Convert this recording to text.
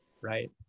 right